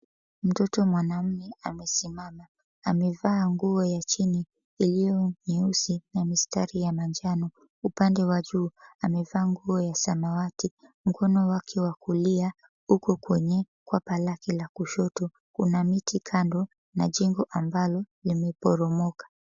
Mtoto mwanamume amesimama, amevaa nguo ya chini iliyo nyeusi na mistari ya manjano. Upande wa juu amevaa nguo ya samawati, mkono wake wa kulia uko kwenye kwapa lake la kushoto. Kuna miti kando na jengo ambalo limeporomoka.